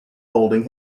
holding